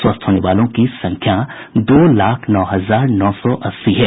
स्वस्थ होने वालों की संख्या दो लाख नौ हजार नौ सौ अस्सी है